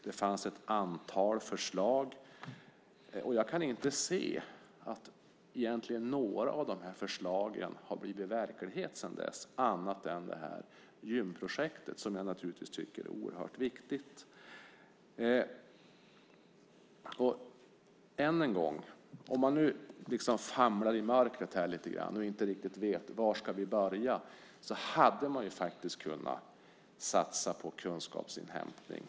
Det fanns ett antal förslag, och jag kan inte se att några av dem har blivit verklighet sedan dess annat än det här gymprojektet, som jag tycker är oerhört viktigt. Om man famlar i mörkret lite grann och inte riktigt vet var man ska börja hade man faktiskt kunnat satsa på kunskapsinhämtning.